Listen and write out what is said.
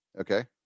Okay